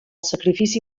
sacrifici